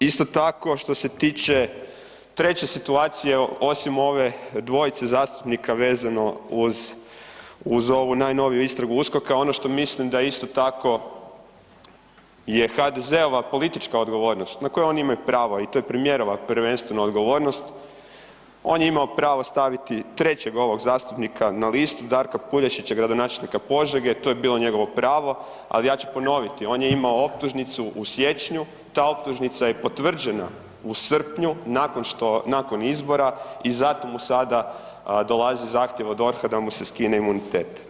Isto tako što se tiče 3 situacije osim ove dvojice zastupnika vezano uz, uz ovu najnoviju istragu USKOK-a ono što mislim da je isto tako HDZ-ova politička odgovornost na koju oni imaju pravo i to je premijerova prvenstveno odgovornost, on je imamo pravo staviti trećeg ovog zastupnika na listu Darka Puljašića, gradonačelnika Požege to je bilo njegovo pravo, ali ja ću ponoviti on je imao optužnicu u siječnju ta optužnica je potvrđena u srpnju nakon što, nakon izbora i zato mu sada dolazi zahtjev od DORH-a da mu se skine imunitet.